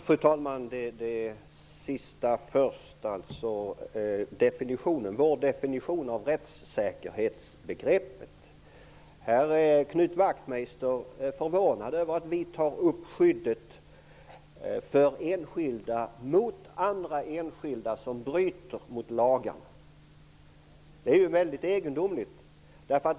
Fru talman! Jag tar det sista i föregående anförande först. Det gäller alltså vår definition av rättssäkerhetsbegreppet. Här är Knut Wachtmeister förvånad över att vi tar upp frågan om skyddet för enskilda mot andra enskilda som bryter mot lagar. Det är väldigt egendomligt.